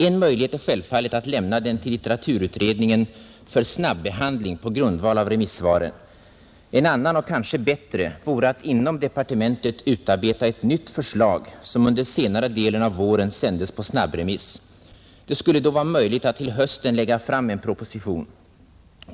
En möjlighet är självfallet att lämna den till litteraturutredningen för snabbehandling på grundval av remissvaren. En annan och kanske bättre vore att inom departementet utarbeta ett nytt förslag, som under senare delen av våren sändes på snabbremiss. Det skulle då vara möjligt att till hösten lägga fram en proposition om ett utvidgat statligt tidskriftsstöd.